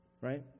Right